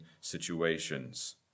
situations